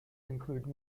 include